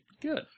Good